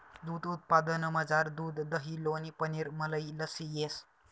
दूध उत्पादनमझार दूध दही लोणी पनीर मलई लस्सी येस